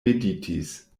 meditis